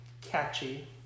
catchy